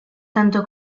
tanto